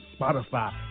Spotify